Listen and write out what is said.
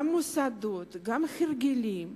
גם מוסדות, גם הרגלים,